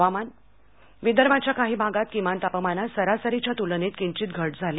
हवामान विदर्भाच्या काही भागात किमान तापमानात सरासरीच्या तुलनेत किंधित घट झाली